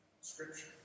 Scripture